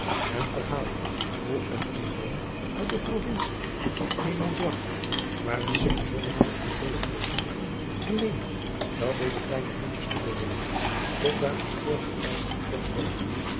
en verhaalde hoe een inwoner uit de provincie lemosois waar men zich bijzonder op den veehandel toelegt vernemende dat deze kleine hondjes te bologne tot buitensporige prijzen verkocht werden